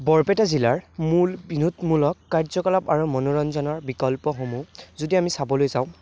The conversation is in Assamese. বৰপেটা জিলাৰ মূল বিনোদমূলক কাৰ্যকলাপ আৰু মনোৰঞ্জনৰ বিকল্পসমূহ যদি আমি চাবলৈ যাওঁ